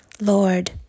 Lord